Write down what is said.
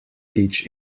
each